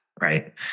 right